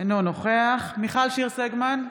אינו נוכח מיכל שיר סגמן,